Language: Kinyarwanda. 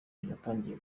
yatangiye